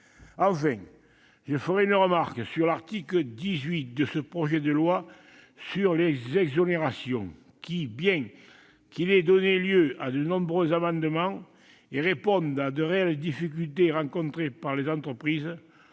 Enfin, je ferai une remarque sur l'article 18 de ce projet de loi, relatif aux exonérations. Bien qu'il ait donné lieu à de nombreux amendements et réponde à de réelles difficultés rencontrées par les entreprises,